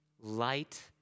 light